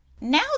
Now